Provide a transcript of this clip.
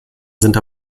sind